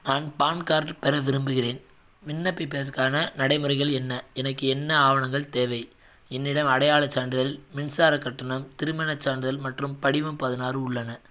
நான் PAN card பெற விரும்புகிறேன் விண்ணப்பிப்பதற்கான நடைமுறைகள் என்ன எனக்கு என்ன ஆவணங்கள் தேவை என்னிடம் அடையாளச் சான்றிதழ் மின்சாரக் கட்டணம் திருமணச் சான்றிதழ் மற்றும் படிவம் பதினாறு உள்ளன